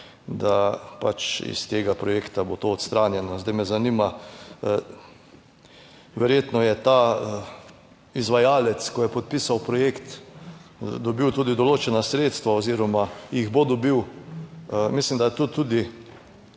da pač iz tega projekta bo to odstranjeno. Zdaj me zanima, verjetno je ta izvajalec, ko je podpisal projekt, dobil tudi določena sredstva oziroma jih bo dobil. Mislim, da je to tudi